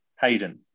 Hayden